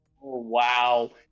wow